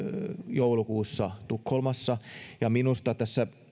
joulukuussa tukholmassa minusta tässä